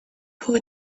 who